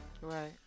Right